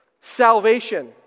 Salvation